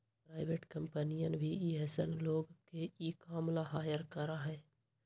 private कम्पनियन भी ऐसन लोग के ई काम ला हायर करा हई